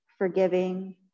forgiving